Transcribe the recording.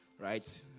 right